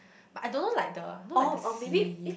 but I don't know like the you know like the C